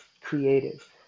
creative